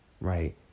right